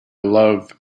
love